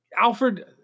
Alfred